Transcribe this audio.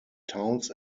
towns